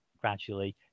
gradually